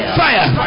fire